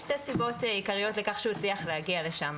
שתי סיבות עיקריות לכך שהוא הצליח להגיע לשם,